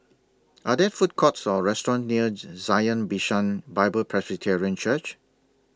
Are There Food Courts Or restaurants near Zion Bishan Bible Presbyterian Church